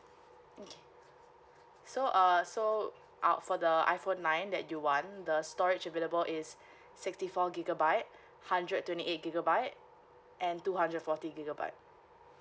okay so err so ah for the iphone nine that you want the storage available is sixty four gigabyte hundred twenty eight gigabyte and two hundred forty gigabyte